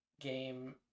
game